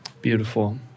Beautiful